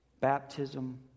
Baptism